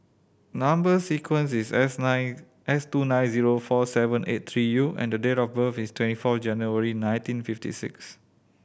number sequence is S nine S two nine zero four seven eight three U and date of birth is twenty four January nineteen fifty six